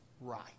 right